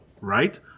right